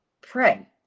pray